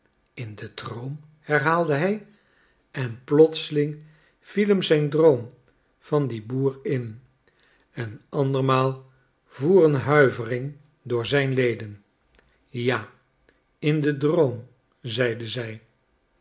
in den droom herhaalde hij en plotseling viel hem zijn droom van dien boer in en andermaal voer een huivering door zijn leden ja in den droom zeide zij